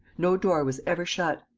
no door was ever shut.